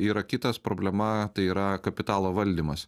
yra kitas problema tai yra kapitalo valdymas